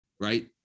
right